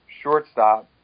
shortstop